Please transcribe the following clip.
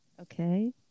Okay